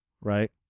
right